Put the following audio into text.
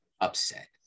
upset